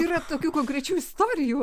yra tokių konkrečių istorijų